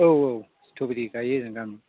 औ औ स्त्र'बेरि गायो आं